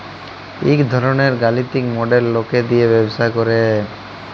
ইক ধরলের গালিতিক মডেল লকে দিয়ে ব্যবসা করে